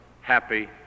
happy